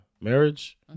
marriage